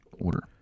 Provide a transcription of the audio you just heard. order